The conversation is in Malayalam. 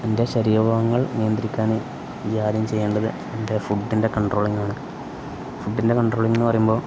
നിൻ്റെ ശരീരഭാഗങ്ങൾ നിയന്ത്രിക്കാന് നീ ആദ്യം ചെയ്യേണ്ടത് നിൻ്റെ ഫുഡിൻ്റെ കൺട്രോളിങ്ങാണ് ഫുഡിൻ്റെ കൺട്രോളിങ്ങെന്നു പറയുമ്പോള്